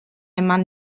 eman